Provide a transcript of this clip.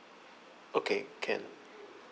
okay can